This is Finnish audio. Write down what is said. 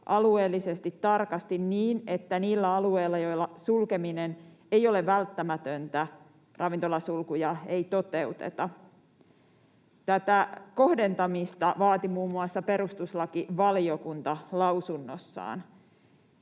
alueellisesti tarkasti niin, että niillä alueilla, joilla sulkeminen ei ole välttämätöntä, ravintolasulkuja ei toteuteta. Tätä kohdentamista vaati muun muassa perustuslakivaliokunta lausunnossaan.